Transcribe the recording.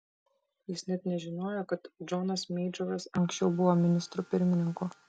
jis net nežinojo kad džonas meidžoras anksčiau buvo ministru pirmininku